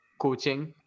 coaching